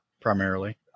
primarily